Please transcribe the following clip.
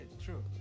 true